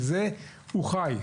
מזה הוא חי.